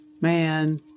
man